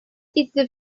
итеп